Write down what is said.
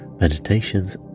meditations